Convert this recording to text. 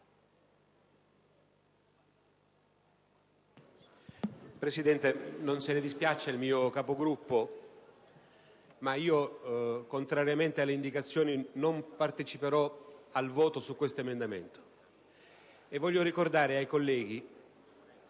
Presidente, non se ne dispiaccia la mia Capogruppo, ma contrariamente alle indicazioni non parteciperò al voto sull'emendamento 1.3500/1. Voglio ricordare ai colleghi